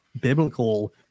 biblical